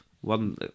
one